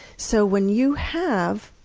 so when you have